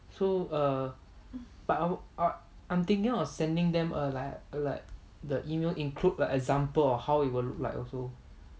so err but I I'm thinking of sending them err like the email include the example of how it will look like also